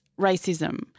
racism